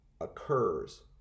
occurs